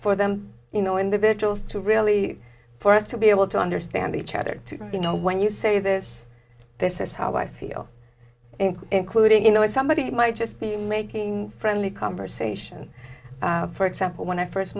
for them you know individuals to really for us to be able to understand each other to you know when you say this this is how i feel including you know if somebody might just be making friendly conversation for example when i first